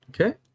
okay